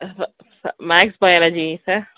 maths biology sir